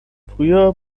früher